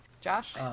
Josh